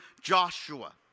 Joshua